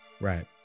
Right